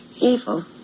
evil